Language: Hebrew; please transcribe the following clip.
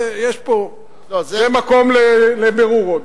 זה מקום לבירור עוד,